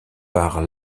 par